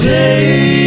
day